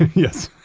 yes.